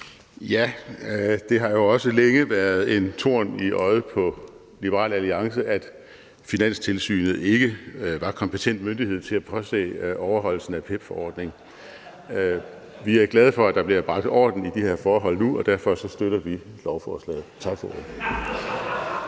Det har jo også længe været en torn i øjet på Liberal Alliance, at Finanstilsynet ikke var kompetent myndighed til at påse overholdelsen af PEPP-forordningen. Vi er glade for, at der nu bliver bragt orden i de her forhold, og derfor støtter vi lovforslaget. Tak for ordet.